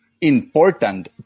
important